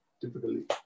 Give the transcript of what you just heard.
typically